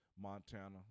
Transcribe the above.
Montana